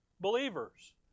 believers